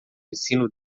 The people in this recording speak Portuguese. ensino